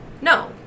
No